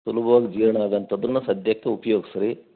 ಸುಲಭವಾಗಿ ಜೀರ್ಣ ಆಗೋಂಥದ್ದನ್ನ ಸದ್ಯಕ್ಕೆ ಉಪಯೋಗ್ಸ್ರಿ